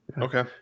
Okay